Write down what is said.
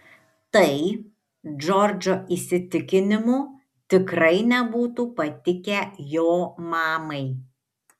tai džordžo įsitikinimu tikrai nebūtų patikę jo mamai